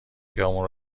خیابون